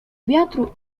wiatru